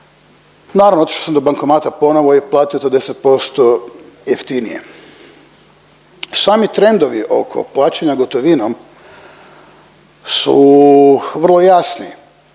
Naravno otišao sam do bankomata ponovo i platio to 10% jeftinije. Sami trendovi oko plaćanja gotovinom su vrlo jasni.